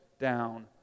down